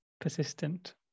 persistent